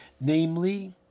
namely